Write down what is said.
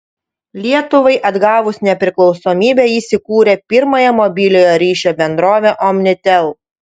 lietuvai atgavus nepriklausomybę jis įkūrė pirmąją mobiliojo ryšio bendrovę omnitel